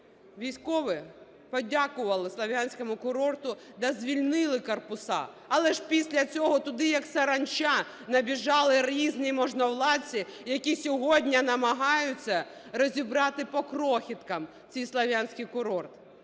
Військові подякували Слов'янському курорту та звільнили корпуса, але ж після цього туди, як саранча, набігли різні можновладці, які сьогодні намагаються розібрати по крихіткам цей Слов'янський курорт.